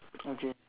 okay